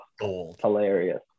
Hilarious